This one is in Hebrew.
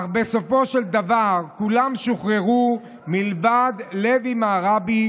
אך בסופו של דבר כולם שוחררו מלבד לוי מראבי,